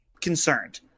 concerned